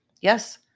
Yes